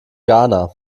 ghana